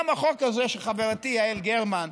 גם בחוק הזה של חברתי יעל גרמן,